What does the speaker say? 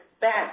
back